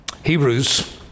Hebrews